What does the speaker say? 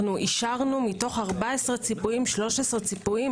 אישרנו מתוך 14 ציפויים, 13 ציפויים.